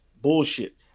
bullshit